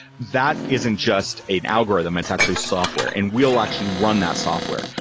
that isn't just an algorithm. it's actually software, and we'll actually run that software.